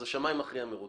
אז השמאי המכריע מרוצה.